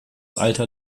alter